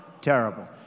terrible